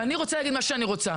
אני רוצה להגיד מה שאני רוצה.